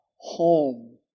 home